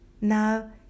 Now